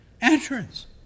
entrance